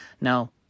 Now